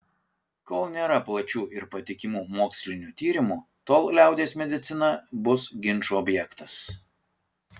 kol nėra plačių ir patikimų mokslinių tyrimų tol liaudies medicina bus ginčų objektas